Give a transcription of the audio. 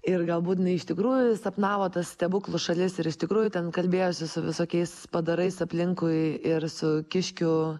ir galbūt jinai iš tikrųjų sapnavo tas stebuklų šalis ir iš tikrųjų ten kalbėjosi su visokiais padarais aplinkui ir su kiškiu